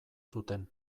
zuten